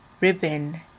ribbon